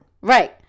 right